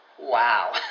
Wow